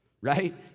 right